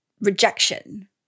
rejection